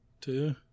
Two